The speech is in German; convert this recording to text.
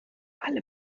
alle